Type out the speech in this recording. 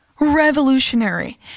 revolutionary